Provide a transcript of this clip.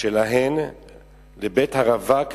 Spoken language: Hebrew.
שלהן לבית 'הרווק',